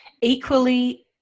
equally